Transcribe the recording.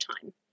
time